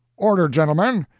order, gentlemen!